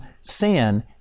sin